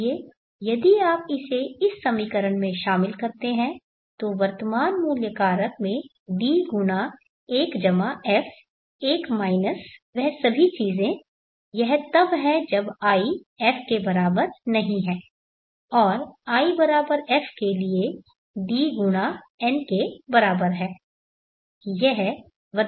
इसलिए यदि आप इसे इस समीकरण में शामिल करते हैं तो वर्तमान मूल्य कारक में D गुणा 1f 1 माइनस वह सभी चीजें यह तब है जब i f के बराबर नहीं है और if के लिए Dn के बराबर है